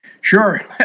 Sure